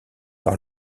par